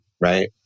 Right